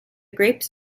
grapes